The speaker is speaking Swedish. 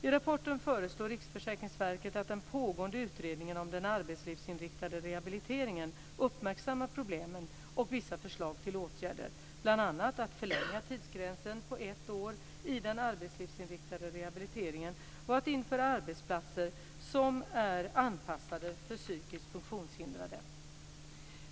I rapporten föreslår Riksförsäkringsverket att den pågående utredningen om den arbetslivsinriktade rehabiliteringen uppmärksammar problemen och vissa förslag till åtgärder - bl.a. att förlänga tidsgränsen på ett år i den arbetslivsinriktade rehabiliteringen och att införa arbetsplatser som är anpassade för psykiskt funktionshindrade.